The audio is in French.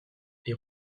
est